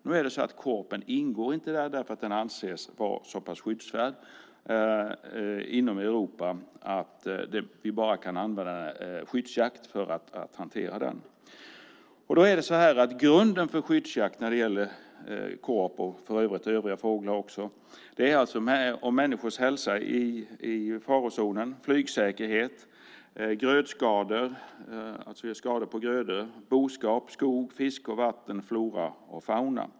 Nu är det så att korpen inte ingår där, därför att den anses vara så pass skyddsvärd inom Europa att vi bara kan använda skyddsjakt för att hantera den. Grunden för skyddsjakt när det gäller korp och övriga fåglar är om människors hälsa är i farozonen, flygsäkerhet, grödskador, boskap, skog, fiske och vatten, flora och fauna.